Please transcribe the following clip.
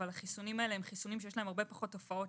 אבל לחיסונים האלה יש הרבה פחות תופעות